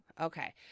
okay